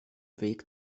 weg